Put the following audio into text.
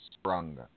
sprung